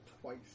twice